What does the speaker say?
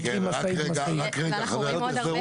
יש ליש אלה.